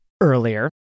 earlier